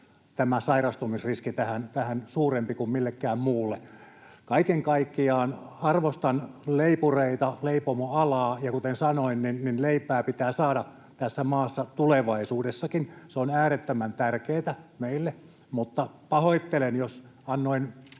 tämä sairastumisriski tähän suurempi kuin millään muulla alalla. Kaiken kaikkiaan arvostan leipureita, leipomoalaa. Kuten sanoin, leipää pitää saada tässä maassa tulevaisuudessakin, se on äärettömän tärkeätä meille. Mutta pahoittelen, jos annoin